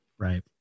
Right